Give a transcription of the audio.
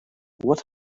what